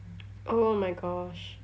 oh my gosh